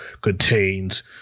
contains